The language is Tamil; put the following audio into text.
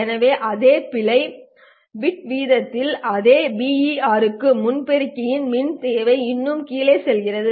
எனவே அதே பிட் பிழை வீதத்திற்கும் அதே BER க்கும் முன் பெருக்கியின் மின் தேவை இன்னும் கீழே செல்கிறது